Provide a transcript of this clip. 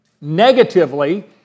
Negatively